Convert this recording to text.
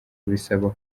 bisaba